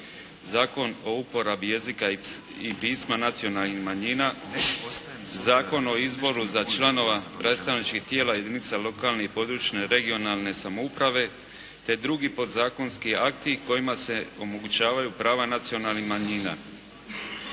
Zakon o uporabi jezika i pisma nacionalnih manjina, Zakon o izboru za članove predstavničkih tijela jedinica lokalne i područne regionalne samouprave te drugi podzakonski akti kojima se omogućavaju prava nacionalnih manjina.